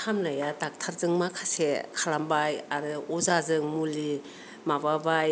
हामनाया doctor जों माखासे खालामबाय आरो अजाजों मुलि माबाबाय